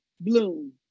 bloom